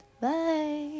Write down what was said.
Bye